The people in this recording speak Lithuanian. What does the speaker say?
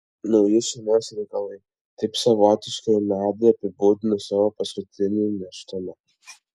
nauji šeimos reikalai taip savotiškai nadia apibūdino savo paskutinį nėštumą